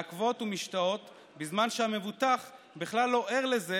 מעכבות ומשתהות בזמן שהמבוטח בכלל לא ער לזה